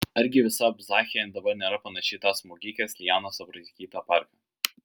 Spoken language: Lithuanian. argi visa abchazija dabar nėra panaši į tą smaugikės lianos apraizgytą parką